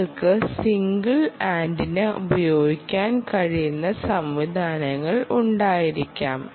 നിങ്ങൾക്ക് single antenna ഉപയോഗിക്കാൻ കഴിയുന്ന സംവിധാനങ്ങൾ ഉണ്ടായിരിക്കാം